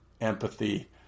empathy